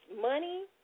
money